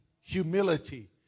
Humility